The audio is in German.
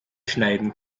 schneiden